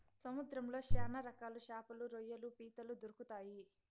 సముద్రంలో శ్యాన రకాల శాపలు, రొయ్యలు, పీతలు దొరుకుతాయి